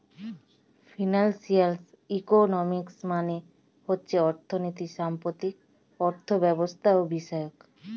financial economics মানে হচ্ছে অর্থনীতি সম্পর্কিত অর্থব্যবস্থাবিষয়ক